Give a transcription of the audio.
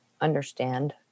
understand